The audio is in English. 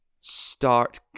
start